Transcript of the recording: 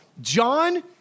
John